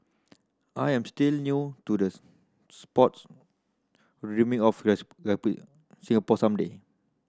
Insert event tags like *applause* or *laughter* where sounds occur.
I am still new to the sport but dreaming of *unintelligible* Singapore some day